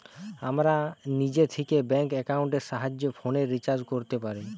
আমরা নিজে থিকে ব্যাঙ্ক একাউন্টের সাহায্যে ফোনের রিচার্জ কোরতে পারি